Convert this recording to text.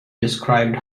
describe